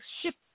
ship